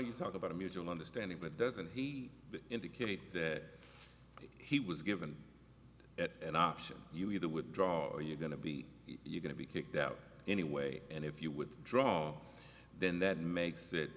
you talk about a mutual understanding but doesn't he indicated that he was given an option you either would draw or you're going to be you going to be kicked out anyway and if you would draw on then that makes it